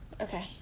Okay